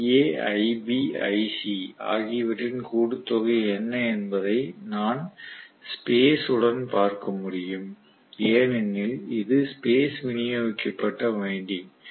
IA iB iC ஆகியவற்றின் கூட்டுத்தொகை என்ன என்பதை நான் ஸ்பேஸ் உடன் பார்க்க முடியும் ஏனெனில் இது ஸ்பேஸ் விநியோகிக்கப்பட்ட வைண்டிங்